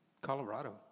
Colorado